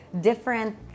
different